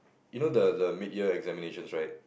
you know the the mid year examinations right